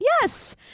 Yes